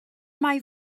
mai